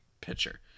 pitcher